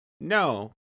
No